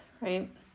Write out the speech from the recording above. right